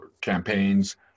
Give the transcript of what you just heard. campaigns